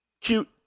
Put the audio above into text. cute